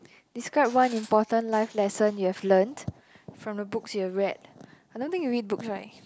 describe one important life lesson you had learnt from the books you've read I don't think you read book right